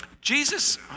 Jesus